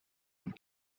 and